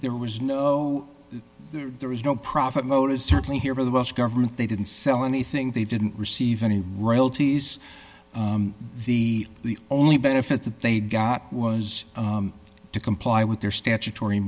there was no there was no profit motive certainly here in the us government they didn't sell anything they didn't receive any royalties the only benefit that they got was to comply with their statutory